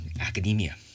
academia